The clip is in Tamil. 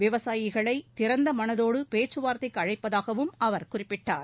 விவசாயிகளை திறந்த மனதோடு பேச்சுவார்த்தைக்கு அழைப்பதாகவும் அவர் குறிப்பிட்டார்